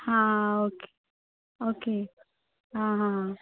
हां okay okay आं हां हां